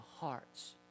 hearts